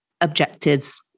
objectives